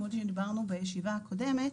כמו שדיברנו בישיבה הקודמת.